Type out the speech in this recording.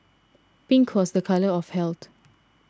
pink was the colour of health